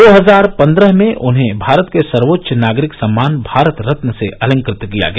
दो हजार पन्द्रह में उन्हें भारत के सर्वोच्च नागरिक सम्मान भारत रत्न से अलंकृत किया गया